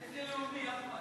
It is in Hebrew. איזה לאומי, אחמד?